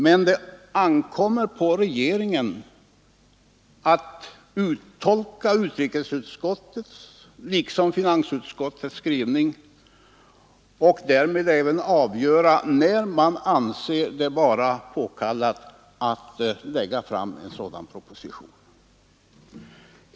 Men det ankommer på regeringen att tolka utrikesutskottets liksom finansutskottets skrivning och därmed även att avgöra när man anser det vara påkallat att lägga fram en sådan proposition.